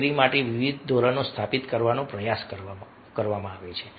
કામગીરી માટે વિવિધ ધોરણો સ્થાપિત કરવાના પ્રયાસો કરવામાં આવે છે